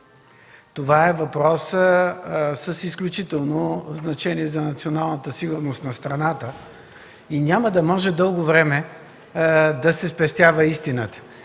Това е въпрос от изключително значение за националната сигурност на страната и няма да може дълго време да се спестява истината.